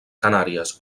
canàries